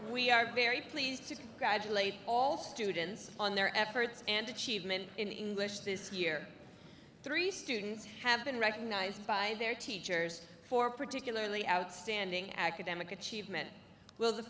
we are very pleased to graduate all students on their efforts and achievement in english this year three students have been recognized by their teachers for particularly outstanding academic achievement will the